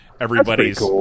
everybody's